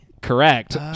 Correct